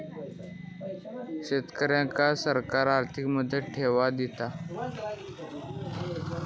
शेतकऱ्यांका सरकार आर्थिक मदत केवा दिता?